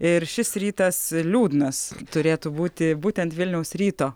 ir šis rytas liūdnas turėtų būti būtent vilniaus ryto